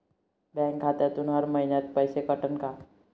Bank खात्यातून हर महिन्याले पैसे कटन का?